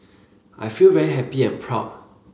I feel very happy and proud